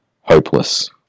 hopeless